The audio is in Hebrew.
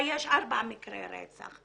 יש אולי ארבעה מקרי רצח.